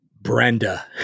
Brenda